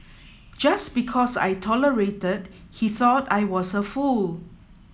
just because I tolerated he thought I was a fool